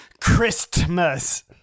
Christmas